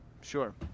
sure